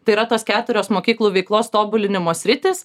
tai yra tos keturios mokyklų veiklos tobulinimo sritys